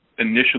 initially